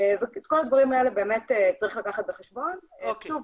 את כל הדברים האלה צריך לקחת בחשבון ושוב,